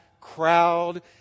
crowd